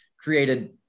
created